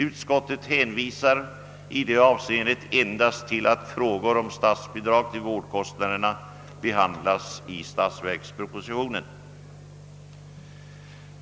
Utskottet hänvisar i detta avseende endast till att frågor om statsbidrag till vårdkostnaderna behandlas i statsverkspropositionen.